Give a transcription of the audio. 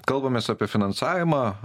kalbamės apie finansavimą